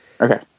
Okay